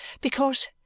Because